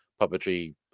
puppetry